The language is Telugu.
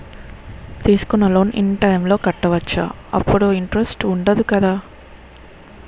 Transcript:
తీసుకున్న లోన్ ఇన్ టైం లో కట్టవచ్చ? అప్పుడు ఇంటరెస్ట్ వుందదు కదా?